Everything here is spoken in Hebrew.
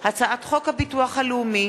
הצעת חוק הביטוח הלאומי